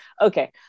okay